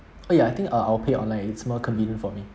uh ya I think uh I'll pay online it's more convenient for me